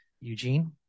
Eugene